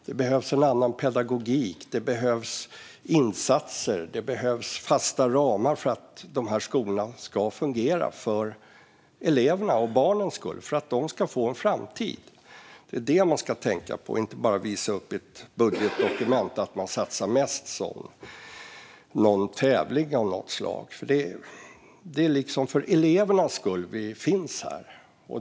Det behövs en annan pedagogik, det behövs insatser och det behövs fasta ramar för att de skolorna ska fungera för elevernas och barnens skull och för att de ska få en bra framtid. Det är det man ska tänka på. Man ska inte bara visa upp ett dokument över att man satsar mest, som i något slags tävling. Det är för elevernas skull vi finns här.